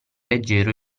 leggero